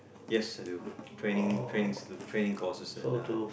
yes I do training training training courses and uh